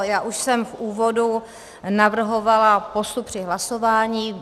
Já už jsem v úvodu navrhovala postup při hlasování.